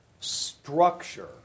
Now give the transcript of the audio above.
structure